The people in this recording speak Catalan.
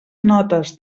notes